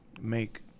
make